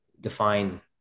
define